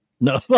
no